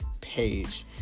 page